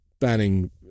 banning